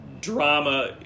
drama